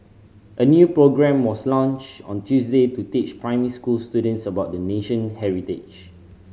a new programme was launched on Tuesday to teach primary school students about the nation heritage